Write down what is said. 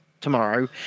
tomorrow